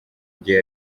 gihe